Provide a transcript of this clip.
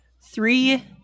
Three